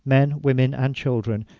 men, women, and children,